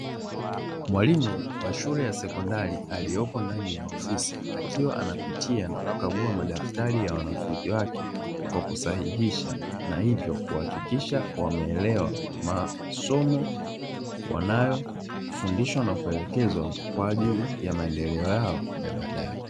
Mwalimu wa shule ya sekondari aliyepo ndani ya ofisi, akiwa anapitia na kukagua madaftari ya wanafunzi wake kwa kusahihisha, na hivyo kuhakikisha wameelewa masomo wanayofundishwa na kuelekezwa kwa ajili ya maendeleo yao ya baadaye.